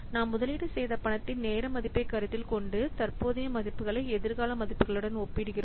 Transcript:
நாம் முதலீடு செய்த பணத்தின் நேர மதிப்பைக் கருத்தில் கொண்டு தற்போதைய மதிப்புகளை எதிர்கால மதிப்புகளுடன் ஒப்பிடுகிறோம்